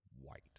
white